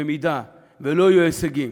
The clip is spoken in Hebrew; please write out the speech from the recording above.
במידה שלא יהיו הישגים,